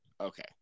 okay